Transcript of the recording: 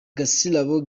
gasirabo